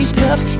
tough